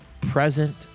present